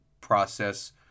process